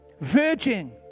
virgin